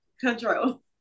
control